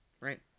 Right